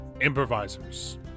improvisers